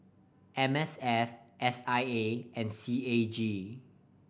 M S F S I A and C A G